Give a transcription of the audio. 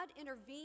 intervened